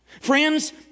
Friends